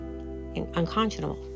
unconscionable